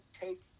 take